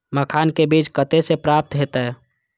मखान के बीज कते से प्राप्त हैते?